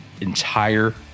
entire